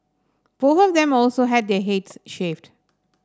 both of them also had their heads shaved